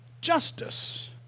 justice